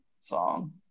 song